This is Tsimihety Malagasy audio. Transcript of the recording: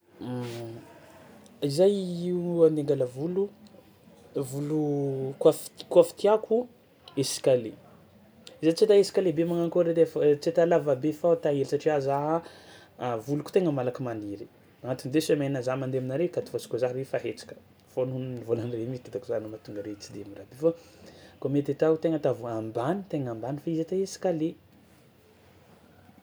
Za io andeha angala volo volo coiffe coiffe tiàko escalier, za tsy ata escalier be magnakôry edy ai fo e tsy ata lavabe fao tahily satria za a voloko tegna magniry, anatin'ny deux semaines za mandeha aminare akato fao izy kôa za efa hetraka, fô nohon'ny volanare miditra taoko zany mahatonga are tsy de mirahabe fô kôa mety atao tegna ataovo ambany tegna ambany fa izy atao escalier.